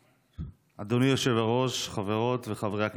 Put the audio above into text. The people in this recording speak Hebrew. אדוני היושב-ראש, חברות וחברי הכנסת.